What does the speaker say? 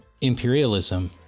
imperialism